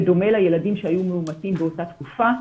בדומה לילדים שהיו מאומתים באותה תקופה.